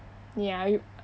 ya re~